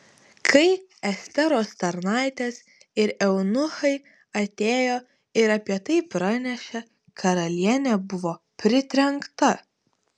kai esteros tarnaitės ir eunuchai atėjo ir apie tai pranešė karalienė buvo pritrenkta